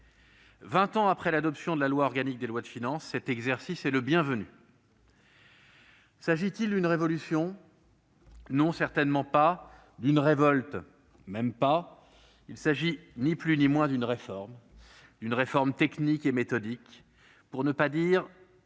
ans après l'adoption de la loi organique relative aux lois de finances, cet exercice est le bienvenu. S'agit-il d'une révolution ? Non, certainement pas. S'agit-il d'une révolte ? Même pas. Il s'agit ni plus ni moins d'une réforme technique et méthodique, pour ne pas dire